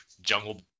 Jungle